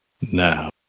now